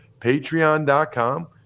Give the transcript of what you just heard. Patreon.com